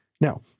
Now